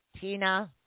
Tina